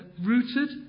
rooted